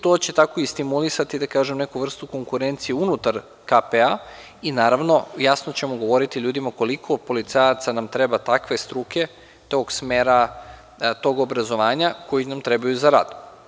To će tako i stimulisati, da tako kažem, neku vrstu konkurencije unutar KPA i, naravno, jasno ćemo govoriti ljudima koliko policajaca nam treba takve struke, tog smera, tog obrazovanja, koji nam trebaju za rad.